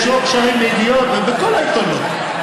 הוא, יש לו קשרים בידיעות ובכל העיתונים.